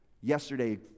yesterday